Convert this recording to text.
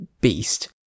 beast